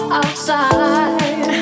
outside